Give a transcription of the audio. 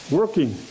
working